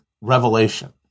revelation